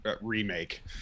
remake